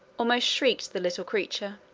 almost shrieked the little creature.